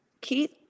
Keith